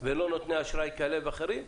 ולא נותני אשראי כאלה ואחרים,